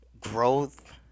growth